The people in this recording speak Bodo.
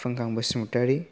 फुंखां बसुमातारि